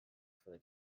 for